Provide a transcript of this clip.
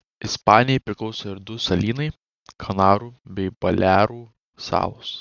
ispanijai priklauso ir du salynai kanarų bei balearų salos